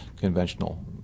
conventional